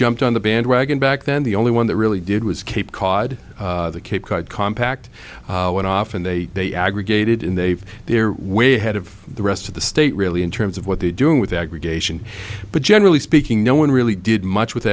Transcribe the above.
jumped on the bandwagon back then the only one that really did was cape cod cape cod compact went off and they they aggregated in they they're way ahead of the rest of the state really in terms of what they're doing with aggregation but generally speaking no one really did much with